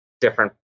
different